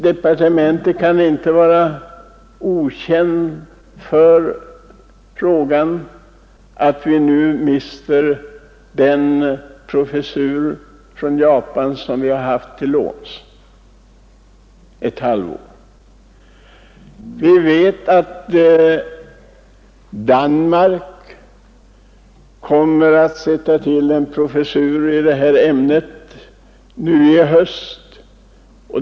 Departementet kan inte vara obekant med det faktum att vi nu mister den professur i japanologi som vi haft till låns ett halvt år. Vi vet att Danmark kommer att sätta till en professur i det här ämnet nu i höst.